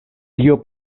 tio